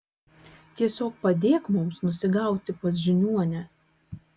tiesiog padėk mums nusigauti pas žiniuonę